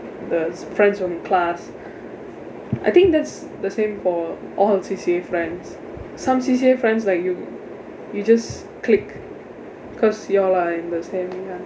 the friends from class I think that's the same for all C_C_A friends some C_C_A friends like you you just click cause you all are in the same